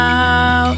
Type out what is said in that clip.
Now